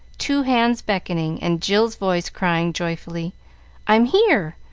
two hands beckoning, and jill's voice crying, joyfully i'm here!